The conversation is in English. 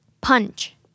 punch